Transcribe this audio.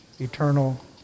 Eternal